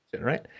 right